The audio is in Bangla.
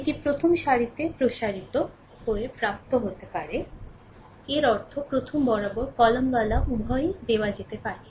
এটি প্রথম সারিতে প্রসারিত হয়ে প্রাপ্ত হতে পারে এর অর্থ প্রথম বরাবর কলামওয়ালা উভয়ই দেওয়া যেতে পারে